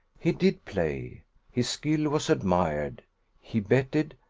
he did play his skill was admired he betted,